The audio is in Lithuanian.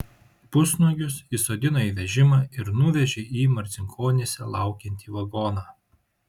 pusnuogius įsodino į vežimą ir nuvežė į marcinkonyse laukiantį vagoną